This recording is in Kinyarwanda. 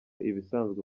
ibisanzwe